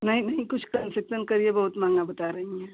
नहीं नहीं कुछ कंसेक्सन करिए बहुत महंगा बता रही हैं